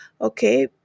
okay